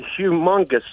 humongous